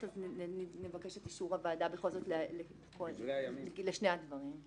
נבקש את אישור הוועדה לשני הדברים.